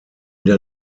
der